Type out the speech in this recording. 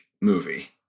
movie